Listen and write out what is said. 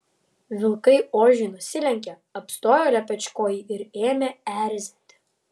vilkai ožiui nusilenkė apstojo lepečkojį ir ėmė erzinti